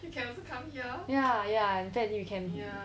you can also come here ya ya in fact you can